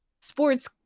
sports